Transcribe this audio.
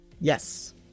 Yes